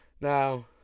Now